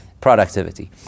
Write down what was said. productivity